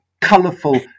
colourful